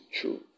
true